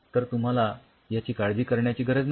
तर तुम्हाला याची काळजी करण्याची गरज नाही